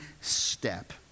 step